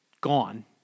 gone